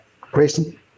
Grayson